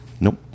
Nope